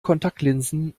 kontaktlinsen